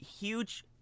huge